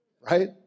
Right